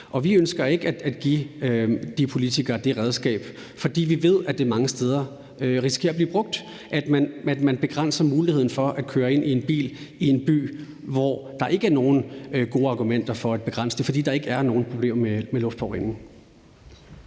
Vi ønsker ikke at give de politikere det redskab, fordi vi ved, at det mange steder risikerer at blive brugt til, at man begrænser muligheden for at køre i en bil ind i en by, hvor der ikke er nogen gode argumenter for at begrænse det, fordi der ikke er nogen problemer med luftforurening.